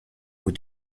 with